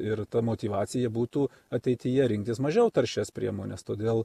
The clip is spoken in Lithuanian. ir ta motyvacija būtų ateityje rinktis mažiau taršias priemones todėl